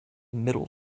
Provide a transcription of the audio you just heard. middle